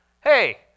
hey